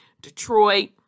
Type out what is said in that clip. Detroit